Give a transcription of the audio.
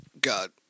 God